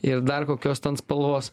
ir dar kokios ten spalvos